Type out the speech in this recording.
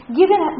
given